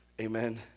amen